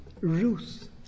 Ruth